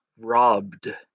robbed